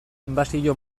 inbasio